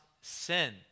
sin